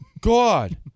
God